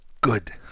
Good